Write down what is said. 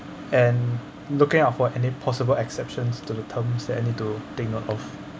and looking out for any possible exceptions to the terms that I need to take note of